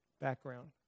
background